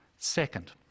Second